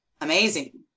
amazing